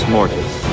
Mortis